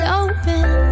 open